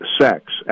sex